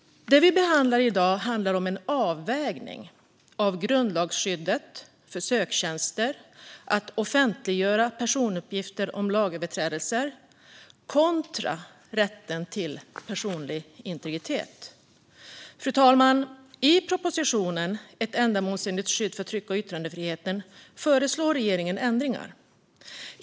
Det vi behandlar i dag handlar om en avvägning av grundlagsskyddet för söktjänster att offentliggöra personuppgifter om lagöverträdelser kontra rätten till personlig integritet. Fru talman! I propositionen Ett ändamålsenligt skydd för tryck och yttrandefriheten föreslår regeringen ändringar.